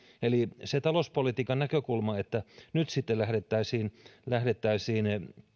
eli se talouspolitiikan näkökulma että nyt sitten lähdettäisiin lähdettäisiin